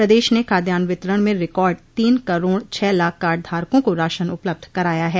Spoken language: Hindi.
प्रदेश ने खाद्यान वितरण में रिकार्ड तीन करोड़ छह लाख कार्ड धारकों को राशन उपलब्ध कराया है